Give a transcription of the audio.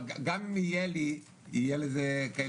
אבל גם אם יהיה לי תהיה לזה התנגדות של האוצר.